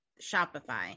Shopify